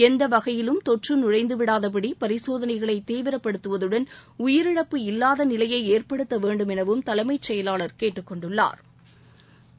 எந்த வகையிலும் தொற்று நுழைந்துவிடாதபடி பரிசோதனைகளை தீவிரப்படுத்துவதுடன் உயிரிழப்பு இல்லாத நிலையை ஏற்படுத்த வேண்டும் எனவும் தலைமைச் செயலாளா் கேட்டுக்கொண்டுள்ளாா்